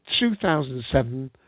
2007